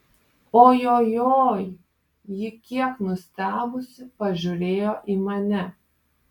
ojojoi ji kiek nustebusi pažiūrėjo į mane